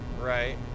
right